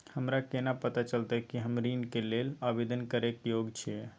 हमरा केना पता चलतई कि हम ऋण के लेल आवेदन करय के योग्य छियै?